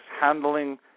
handling